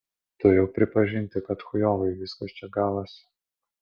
turiu pripažinti kad chujovai viskas čia gavosi